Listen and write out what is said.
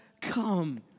come